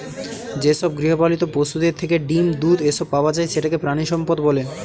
যেসব গৃহপালিত পশুদের থেকে ডিম, দুধ, এসব পাওয়া যায় সেটাকে প্রানীসম্পদ বলে